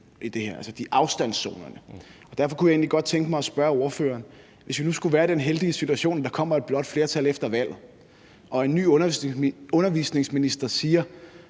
i det her, altså afstandszonerne, og derfor kunne jeg egentlig godt tænke mig at spørge ordføreren om noget. Lad os sige, vi nu skulle være i den heldige situation, at der kommer et blåt flertal efter et valg og en ny undervisningsminister siger: